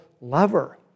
lover